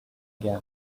again